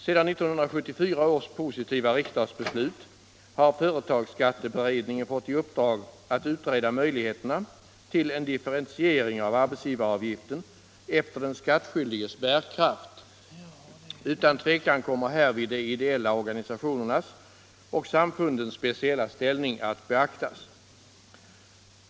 Sedan 1974 års positiva riksdagsbeslut har företagsskatteberedningen fått i uppdrag att utreda möjligheterna till en differentiering av arbetsgivaravgiften efter den skattskyldiges bärkraft. Utan tvekan kommer härvid de ideella organisationernas och samfundens speciella ställning att beaktas.